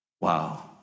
Wow